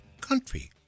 country